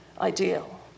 ideal